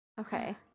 Okay